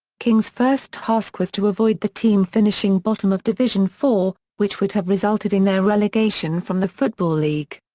king's first task was to avoid the team finishing bottom of division four, which would have resulted in their relegation from the football league.